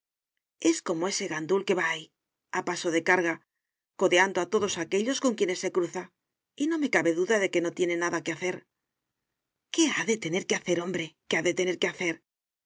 es como ese gandul que va ahí a paso de carga codeando a todos aquellos con quienes se cruza y no me cabe duda de que no tiene nada que hacer qué ha de tener que hacer hombre qué ha de tener que hacer